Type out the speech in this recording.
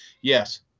Yes